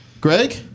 Greg